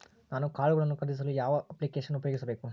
ನಾನು ಕಾಳುಗಳನ್ನು ಖರೇದಿಸಲು ಯಾವ ಅಪ್ಲಿಕೇಶನ್ ಉಪಯೋಗಿಸಬೇಕು?